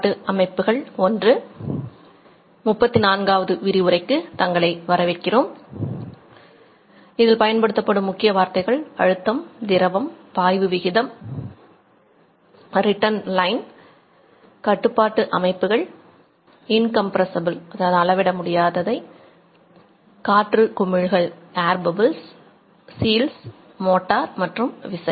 Mukhopadhyay மின்னியல் பொறியியல் துறை ஐஐடி கரக்பூர் தலைப்பு விரிவுரை 34 ஹைட்ராலிக் கட்டுப்பாட்டு அமைப்புகள் I முக்கிய வார்த்தைகள் அழுத்தம் திரவம் பாய்வு விகிதம் ரிட்டன் லைன் கட்டுப்பாட்டு அமைப்புகள் அளவிட முடியாத காற்று குமிழ்கள் முத்திரைகள் மோட்டார் விசை